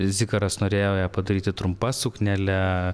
zikaras norėjo ją padaryti trumpa suknele